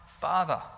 father